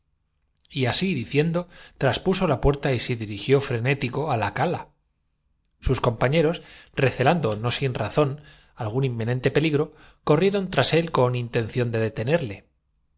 resu y así diciendo traspuso la puerta y se dirigió frené citan tico á la cala sus compañeros recelando no sin razón algún inminente peligro corrieron tras él con inten ción de detenerle